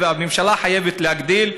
והממשלה חייבת להגדיל.